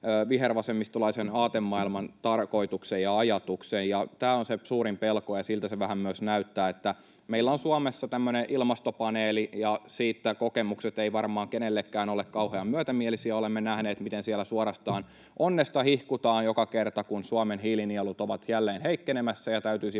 vihervasemmistolaisen aatemaailman tarkoituksen ja ajatuksen. Tämä on se suurin pelko, ja siltä se vähän myös näyttää. Meillä on Suomessa tämmöinen Ilmastopaneeli, ja siitä kokemukset eivät varmaan kenelläkään ole kauhea myötämielisiä. Olemme nähneet, miten siellä suorastaan onnesta hihkutaan joka kerta, kun Suomen hiilinielut ovat jälleen heikkenemässä ja täytyisi